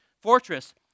fortress